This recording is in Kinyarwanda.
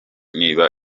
niba